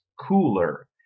cooler